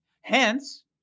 Hence